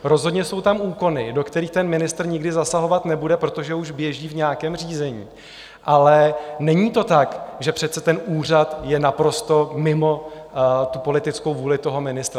Rozhodně jsou tam úkony, do kterých ten ministr nikdy zasahovat nebude, protože už běží v nějakém řízení, ale není to tak, že ten úřad je naprosto mimo politickou vůli ministra.